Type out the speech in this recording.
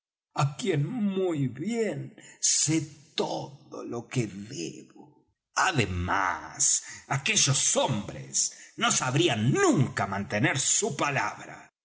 á quien muy bien sé todo lo que debo además aquellos hombres no sabrían nunca mantener su palabra